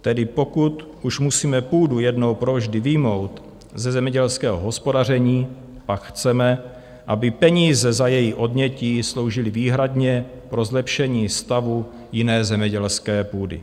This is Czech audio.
Tedy pokud už musíme půdu jednou provždy vyjmout ze zemědělského hospodaření, pak chceme, aby peníze za její odnětí sloužily výhradně pro zlepšení stavu jiné zemědělské půdy.